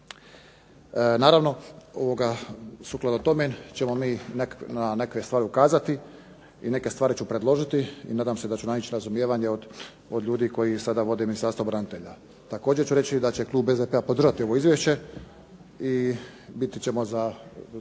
Naravno, sukladno tome ćemo mi na neke stvari ukazati i neke stvari ću predložiti i nadam se da ću naići na razumijevanje od ljudi koji sada vode Ministarstvo branitelja. Također ću reći da će klub SDP-a podržati ovo izvješće i biti ćemo za,